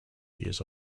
years